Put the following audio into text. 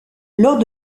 lors